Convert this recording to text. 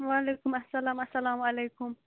وعلیکُم السلام السلامُ علیکُم